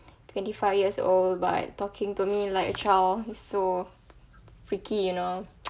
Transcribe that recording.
twenty five years old but talking to me like a child he's so freaky you know